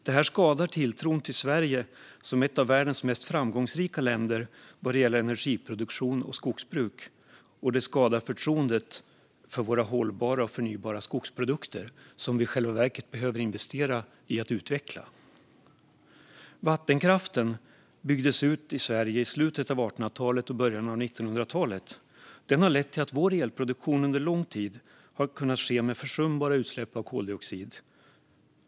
Detta skadar tilltron till Sverige som ett av världens mest framgångsrika länder vad gäller energiproduktion och skogsbruk. Det skadar även förtroendet för våra hållbara och förnybara skogsprodukter, som vi i själva verket behöver investera i att utveckla. Vattenkraften byggdes ut i Sverige i slutet av 1800-talet och början av 1900-talet. Den har lett till att vår elproduktion under lång tid har kunnat ske med försumbara utsläpp av koldioxid.